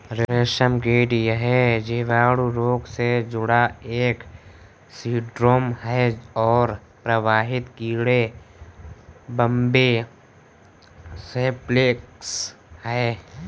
रेशमकीट यह जीवाणु रोग से जुड़ा एक सिंड्रोम है और प्रभावित कीड़े बॉम्बे सेप्टिकस है